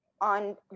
on